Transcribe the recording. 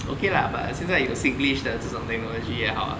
okay lah but 现在有 singlish 的这种 technology 也好